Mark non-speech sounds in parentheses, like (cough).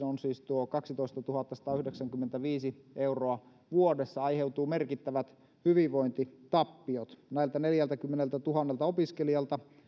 (unintelligible) on siis tuo kaksitoistatuhattasatayhdeksänkymmentäviisi euroa vuodessa aiheutuu merkittävät hyvinvointitappiot näiltä neljältäkymmeneltätuhannelta opiskelijalta